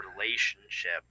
relationship